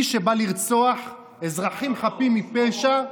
מי שבא לרצוח אזרחים חפים מפשע,